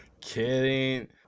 Kidding